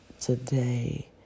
today